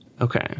Okay